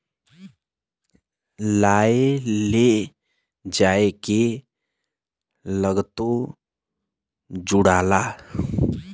लाए ले जाए के लागतो जुड़ाला